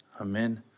Amen